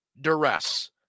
duress